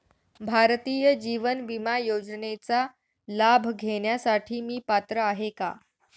भारतीय जीवन विमा योजनेचा लाभ घेण्यासाठी मी पात्र आहे का?